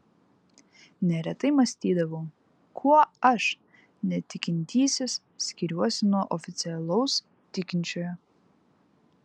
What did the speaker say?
neretai mąstydavau kuo aš netikintysis skiriuosi nuo oficialaus tikinčiojo